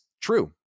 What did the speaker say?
true